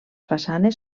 façanes